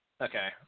Okay